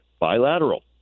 bilateral